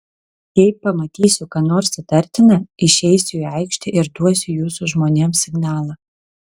jei pamatysiu ką nors įtartina išeisiu į aikštę ir duosiu jūsų žmonėms signalą